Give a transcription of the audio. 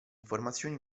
informazioni